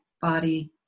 body